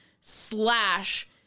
slash